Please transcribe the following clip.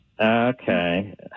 Okay